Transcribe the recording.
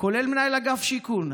כולל מנהל אגף שיקום.